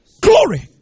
Glory